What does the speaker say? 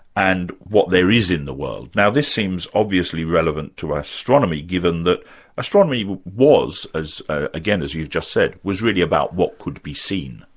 and what there is in the world. now, this seems obviously relevant to ah astronomy, given that astronomy was, ah again as you've just said, was really about what could be seen.